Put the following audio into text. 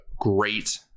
great